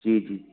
जी जी